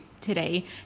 today